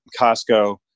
Costco